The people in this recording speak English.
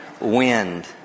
wind